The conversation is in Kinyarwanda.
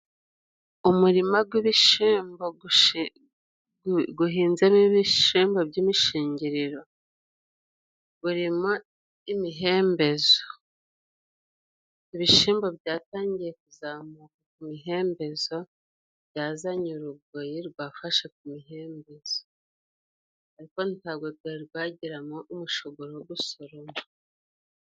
umurima w'ibishimbo uhinzemo ibishyimbo by'imishingiriro, urimo umihembezo. Ibishimbo byatangiye kuzamuka ku mihembezo, byazanye urugoyi rwafashe ku mihembezo, ariko ntago rwari rwageramo umushogoro wo gusoroma.